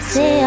Say